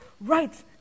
right